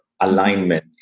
alignment